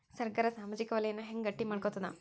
ಸರ್ಕಾರಾ ಸಾಮಾಜಿಕ ವಲಯನ್ನ ಹೆಂಗ್ ಗಟ್ಟಿ ಮಾಡ್ಕೋತದ?